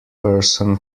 person